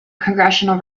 congressional